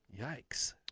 Yikes